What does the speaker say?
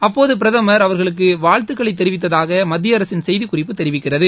அப்போதபிரதம் அவர்களுக்குவாழ்த்துக்களைதெரிவித்ததாகமத்தியஅரசின் செய்திக்குறிப்பு தெரிவிக்கிறது